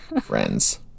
friends